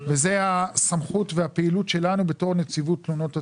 וזה הסמכות והפעילות שלנו בתור נציבות תלונות הציבור.